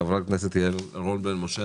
חברת הכנסת יעל רון בן משה,